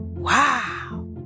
Wow